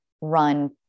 run